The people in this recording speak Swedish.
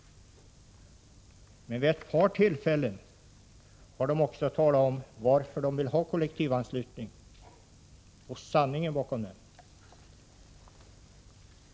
Men vid ett par tillfällen har de också talat om varför de vill ha kollektivanslutning och sanningen bakom det.